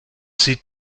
sieht